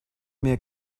mehr